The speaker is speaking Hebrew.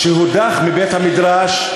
שהודח מבית-המדרש,